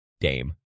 Dame